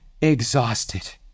exhausted